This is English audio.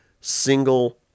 single